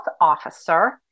officer